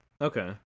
Okay